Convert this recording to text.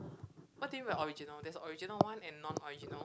what do you mean original there's a original one and non original